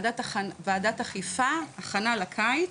וועדת אכיפה הכנה לקיץ,